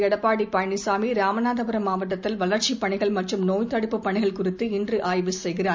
எடப்பாடி பழனிசாமி ராமநாதபுரம் மாவட்டத்தில் வளர்ச்சிப் பணிகள் மற்றும் நோய்த் தடுப்புப் பணிகள் குறித்து இன்று ஆய்வு செய்கிறார்